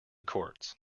courts